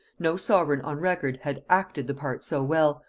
no sovereign on record had acted the part so well,